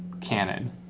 cannon